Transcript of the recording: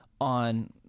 on